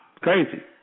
crazy